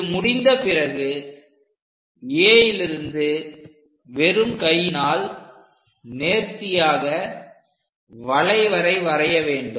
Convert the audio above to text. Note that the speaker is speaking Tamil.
இது முடிந்த பிறகு Aலிருந்து வெறும் கையினால் நேர்த்தியாக வளைவரை வரைய வேண்டும்